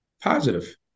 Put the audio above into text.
Positive